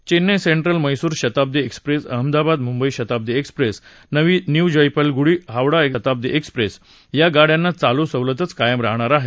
Chennai central Mysuru Shatabdi express Ahmedabad Mumbai Shatabdi express नवी Jalpaiguri Howrah Shatabdi express या गाड्यांना चालू सवलतच कायम राहणार आहे